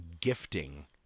gifting